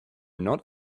not